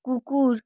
কুকুর